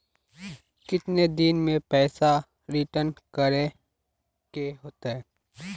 कितने दिन में पैसा रिटर्न करे के होते?